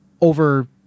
over